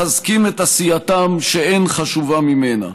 אשר אנו מחזקים את עשייתם שאין חשובה ממנה.